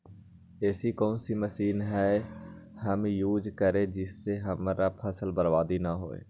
ऐसी कौन सी मशीन हम यूज करें जिससे हमारी फसल बर्बाद ना हो?